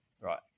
right